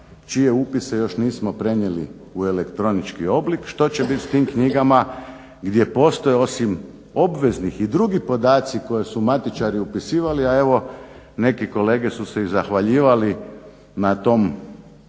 čije upise još nismo prenijeli u elektronički oblik. Što će bit s tim knjigama gdje postoje osim obveznih i drugi podaci koje su matičari upisivali, a evo neki kolege su se i zahvaljivali na tom rekao